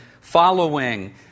following